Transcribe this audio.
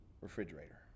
refrigerator